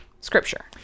scripture